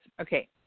okay